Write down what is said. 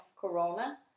corona